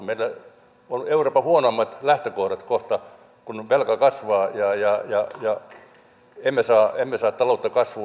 meillä on euroopan huonoimmat lähtökohdat kohta kun velka kasvaa ja emme saa taloutta kasvuun